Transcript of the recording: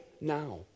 now